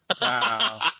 Wow